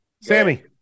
Sammy